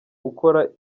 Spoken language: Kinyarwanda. ukora